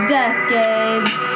decades